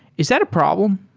is that a problem?